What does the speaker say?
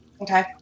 Okay